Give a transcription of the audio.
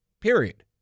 period